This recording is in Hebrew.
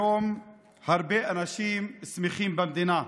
הרבה אנשים שמחים היום במדינה.